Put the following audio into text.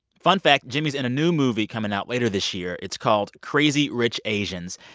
fun fact jimmy's in a new movie coming out later this year. it's called crazy rich asians,